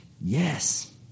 Yes